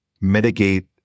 mitigate